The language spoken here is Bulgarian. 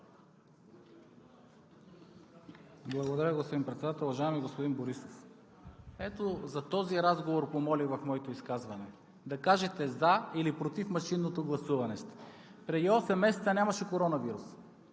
Благодаря, господин Председател. Уважаеми господин Борисов, ето за този разговор помолих в моето изказване: да кажете „за“ или „против“ машинното гласуване. Преди осем месеца нямаше коронавирус,